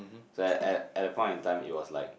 so at at at the point and time it was like